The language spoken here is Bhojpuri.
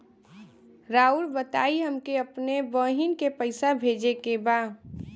राउर बताई हमके अपने बहिन के पैसा भेजे के बा?